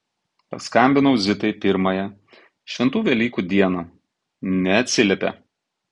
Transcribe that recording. paskambinau zitai pirmąją šventų velykų dieną neatsiliepia